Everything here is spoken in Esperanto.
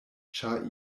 ĉar